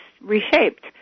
reshaped